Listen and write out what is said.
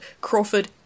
crawford